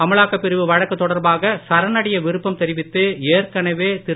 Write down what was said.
அமலாக்கப் பிரிவு வழக்கு தொடர்பாக சரணடைய விருப்பம் தெரிவித்து ஏற்கனவே திரு